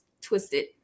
twisted